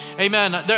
Amen